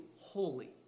holy